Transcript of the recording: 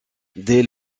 dès